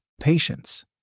Patience